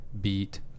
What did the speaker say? beat